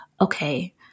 okay